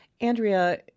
Andrea